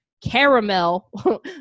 caramel